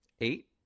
eight